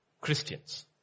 Christians